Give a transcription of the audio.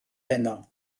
heno